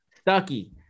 Stucky